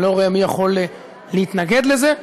אני לא רואה מי יכול להתנגד לזה.